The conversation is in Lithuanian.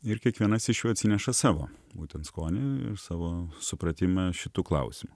ir kiekvienas iš jų atsineša savo būtent skonį ir savo supratimą šitu klausimu